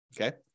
okay